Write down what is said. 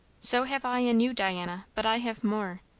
so have i in you, diana but i have more.